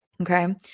Okay